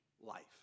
life